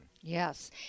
Yes